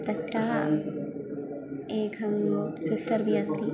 तत्र एकं सिस्टर् अपि अस्ति